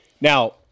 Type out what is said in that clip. Now